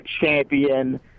Champion